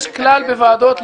יש כלל בוועדות,